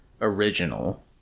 original